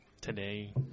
today